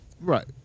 Right